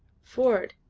ford,